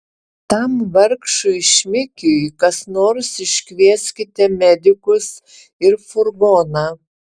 tam vargšui šmikiui kas nors iškvieskite medikus ir furgoną